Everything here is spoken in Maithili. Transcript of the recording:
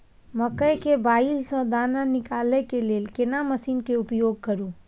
मकई के बाईल स दाना निकालय के लेल केना मसीन के उपयोग करू?